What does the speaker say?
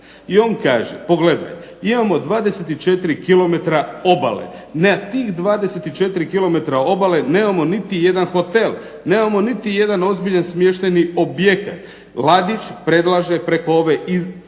i on kaže, pogledaj imamo 24 km obale. Na tih 24 km obale nemamo niti jedan hotel, nemamo niti jedan ozbiljan smještajni objekt. Ladić predlaže preko ove izraelske